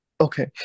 Okay